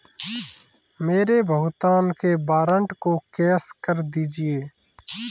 मेरे भुगतान के वारंट को कैश कर दीजिए